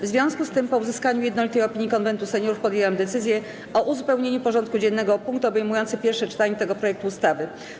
W związku z tym, po uzyskaniu jednolitej opinii Konwentu Seniorów, podjęłam decyzję o uzupełnieniu porządku dziennego o punkt obejmujący pierwsze czytanie tego projektu ustawy.